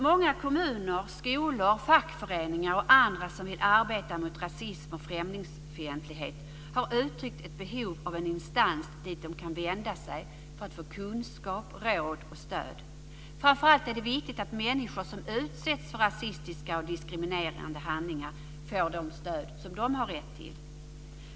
Många kommuner, skolor, fackföreningar och andra som vill arbeta mot rasism och främlingsfientlighet har uttryckt ett behov av en instans dit de kan vända sig för att få kunskap, råd och stöd. Framför allt är det viktigt att människor som utsätts för rasistiska och diskriminerande handlingar får det stöd de har rätt till.